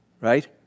right